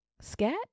Scat